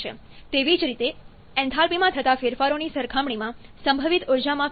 તેવી જ રીતે એન્થાલ્પીમાં થતા ફેરફારોની સરખામણીમાં સંભવિત ઉર્જામાં ફેરફાર 0